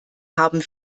haben